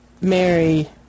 Mary